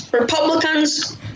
Republicans